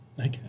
Okay